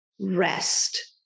rest